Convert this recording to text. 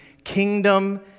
Kingdom